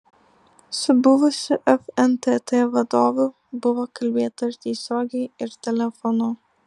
su buvusiu fntt vadovu buvo kalbėta ir tiesiogiai ir telefonu